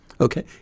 Okay